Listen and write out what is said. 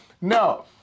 No